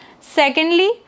Secondly